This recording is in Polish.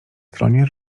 stronie